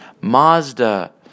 Mazda